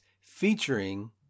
featuring